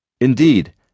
Indeed